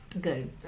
good